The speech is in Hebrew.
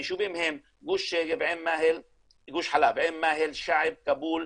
היישובים הם גוש חלב, עין מאהל, שעב, כאבול,